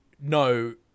no